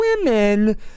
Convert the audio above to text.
women